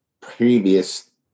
previous